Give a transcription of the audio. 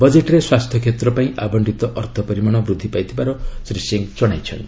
ବଜେଟ୍ରେ ସ୍ୱାସ୍ଥ୍ୟ କ୍ଷେତ୍ର ପାଇଁ ଆବଣ୍ଚିତ ଅର୍ଥ ପରିମାଣ ବୃଦ୍ଧି ପାଇଥିବାର ଶ୍ରୀ ସିଂହ କହିଚ୍ଚନ୍ତି